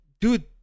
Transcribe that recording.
dude